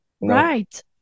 right